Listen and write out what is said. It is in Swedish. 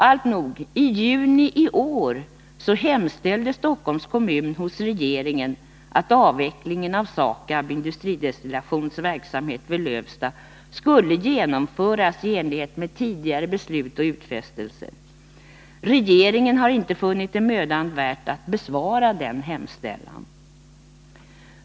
Alltnog! I juni i år hemställde Stockholms kommun hos regeringen att avvecklingen av SAKAB/Industridestillations verksamhet vid Lövsta skulle genomföras i enlighet med tidigare beslut och utfästelser. Regeringen har inte funnit det mödan värt att besvara denna hemställan.